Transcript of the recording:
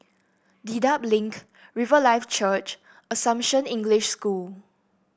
Dedap Link Riverlife Church Assumption English School